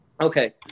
Okay